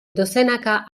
dozenaka